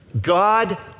God